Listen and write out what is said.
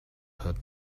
heard